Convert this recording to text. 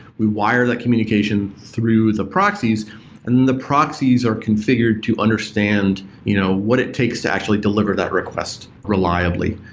we wire that communication through the proxies and the proxies are configured to understand you know what it takes to actually deliver that request reliably.